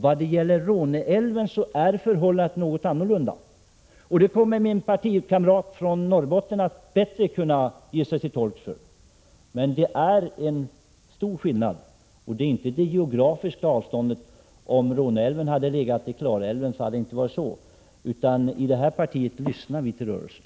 Vad gäller Råneälven är förhållandet något annorlunda, men det kommer min partikamrat från Norrbotten att bättre kunna redogöra för. Skillnaden är stor, och det är inte det geografiska avståndet det gäller. Om Råneälven hade legat där Klarälven ligger hade det inte varit så. I vårt parti lyssnar vi till rörelsen.